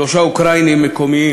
שלושה אוקראינים מקומיים